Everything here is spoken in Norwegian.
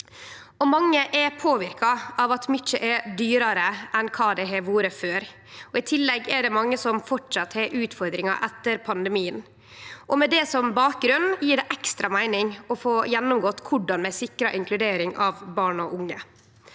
mange er påverka av at mykje er dyrare enn kva det har vore før. I tillegg er det mange som framleis har utfordringar etter pandemien. Med det som bakgrunn gjev det ekstra meining å gå gjennom korleis vi sikrar inkludering av barn og unge.